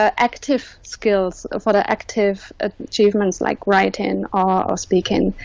ah active skills for the active achievements like writing or speaking